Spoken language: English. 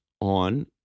on